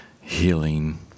healing